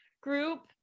group